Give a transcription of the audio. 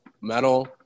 metal